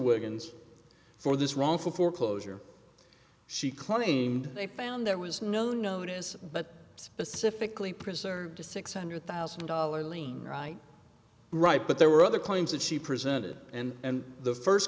wiggins for this wrongful foreclosure she claimed they found there was no notice but specifically preserved to six hundred thousand dollars lien right right but there were other claims that she presented and the first